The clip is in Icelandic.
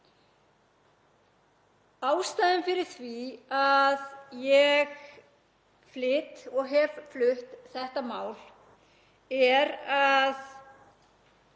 Ástæðan fyrir því að ég flyt og hef flutt þetta mál er sú